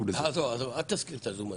עזוב, אל תזכיר את הזום הזה.